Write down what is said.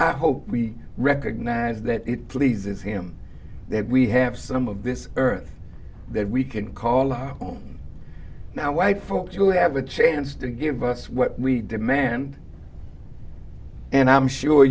i hope we recognize that it pleases him that we have some of this earth that we can call our own now white folks will have a chance to give us what we demand and i'm sure